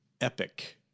epic